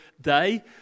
day